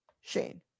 Shane